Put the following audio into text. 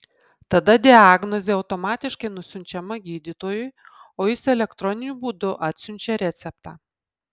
tada diagnozė automatiškai nusiunčiama gydytojui o jis elektroniniu būdu atsiunčia receptą